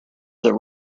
that